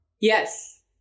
Yes